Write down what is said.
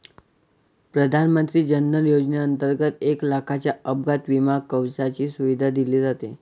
प्रधानमंत्री जन धन योजनेंतर्गत एक लाखाच्या अपघात विमा कवचाची सुविधा दिली जाते